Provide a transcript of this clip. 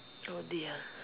oh dear